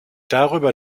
darüber